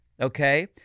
okay